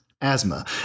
asthma